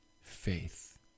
faith